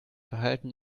verhalten